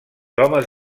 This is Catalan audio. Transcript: homes